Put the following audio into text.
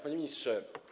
Panie Ministrze!